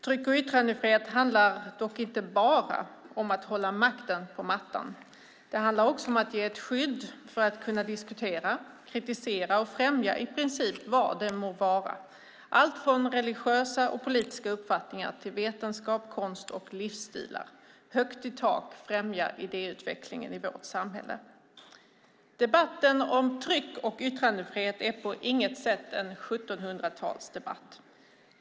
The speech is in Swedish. Tryck och yttrandefrihet handlar dock inte bara om att hålla makten på mattan. Det handlar också om att ge ett skydd för att kunna diskutera, kritisera och främja i princip vad det må vara, allt från religiösa och politiska uppfattningar till vetenskap, konst och livsstilar. Högt i tak främjar idéutvecklingen i vårt samhälle. Debatten om tryck och yttrandefrihet är på inget sätt en 1700-talsdebatt.